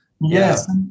Yes